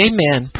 Amen